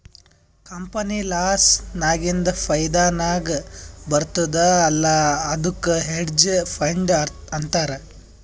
company loss ನಾಗಿಂದ್ ಫೈದಾ ನಾಗ್ ಬರ್ತುದ್ ಅಲ್ಲಾ ಅದ್ದುಕ್ ಹೆಡ್ಜ್ ಫಂಡ್ ಅಂತಾರ್